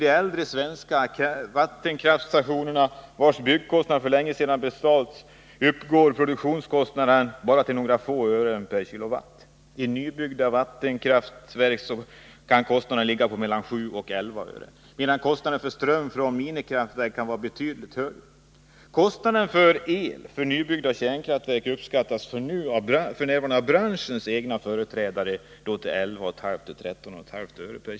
I äldre svenska vattenkraftsstationer, vilkas byggkostnader redan för länge sedan är betalda, uppgår produktionskostnaden bara till några få ören per kilowattimme. I nybyggda vattenkraftverk kan kostnaden ligga på mellan 7 och 11 öre medan kostnaden för ström från minikraftverk kan vara betydligt högre. Kostnaden för elektricitet från nybyggda kärnkraftverk uppskattas f. n. av branschens egna företrädare till 11,5—-13,5 öre/kWh.